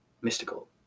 mystical